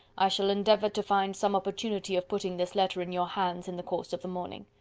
i shall endeavour to find some opportunity of putting this letter in your hands in the course of the morning.